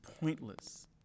pointless